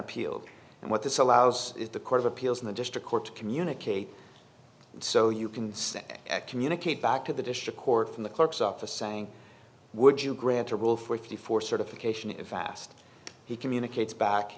appealed and what this allows is the court of appeals in the district court to communicate so you can communicate back to the district court from the clerk's office saying would you grant a rule for fifty four certification if asked he communicates back